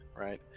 right